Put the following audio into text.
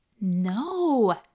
No